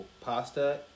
pasta